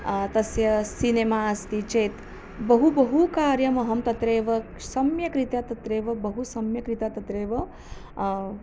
तस्य सिनेमा अस्ति चेत् बहु बहु कार्यमहं तत्रेव सम्यक्रीत्या तत्रेव बहु सम्यक्रीत्या तत्रेव